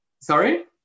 sorry